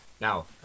now